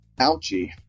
Ouchie